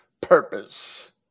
purpose